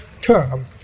term